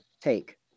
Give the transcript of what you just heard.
take